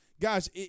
Guys